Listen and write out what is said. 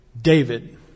David